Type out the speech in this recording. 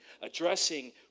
addressing